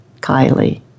Kylie